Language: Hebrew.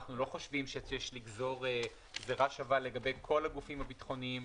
אנחנו לא חושבים שיש לגזור גזרה שווה לגבי כל הגופים הביטחוניים.